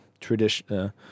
tradition